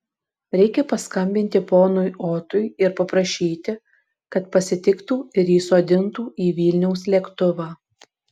reikia paskambinti ponui otui ir paprašyti kad pasitiktų ir įsodintų į vilniaus lėktuvą